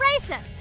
racist